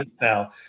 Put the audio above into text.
Now